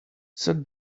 set